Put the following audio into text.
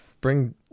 Bring